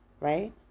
Right